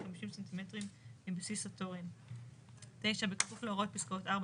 50 סנטימטרים מבסיס התורן; (9) בכפוף להוראות פסקאות (4),